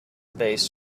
space